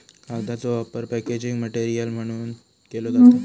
कागदाचो वापर packaging material म्हणूनव केलो जाता